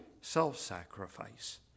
self-sacrifice